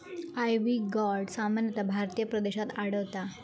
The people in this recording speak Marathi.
आयव्ही गॉर्ड सामान्यतः भारतीय प्रदेशात आढळता